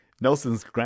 Nelson's